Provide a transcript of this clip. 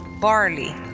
Barley